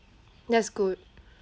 that's good